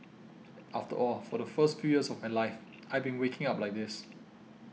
after all for the first few years of my life I'd been walking like this